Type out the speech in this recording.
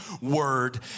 Word